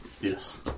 Yes